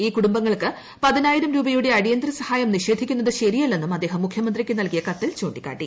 ഈ കുടുംബങ്ങൾക്ക് പതിനായിരം രൂപയുടെ അടിയന്തിര സഹായം നിഷേധിക്കുന്നത് ശരിയല്ലെന്നും അദ്ദേഹം മുഖ്യമന്ത്രിക്ക് നൽകിയ കത്തിൽ ചൂണ്ടിക്കാട്ടി